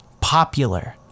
popular